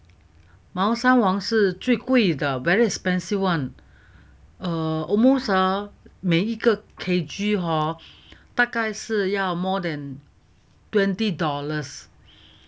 猫山王是最贵的 very expensive [one] err almost ah 每一个 K_G hor 大概是要 more than twenty dollars